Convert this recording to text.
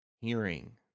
hearing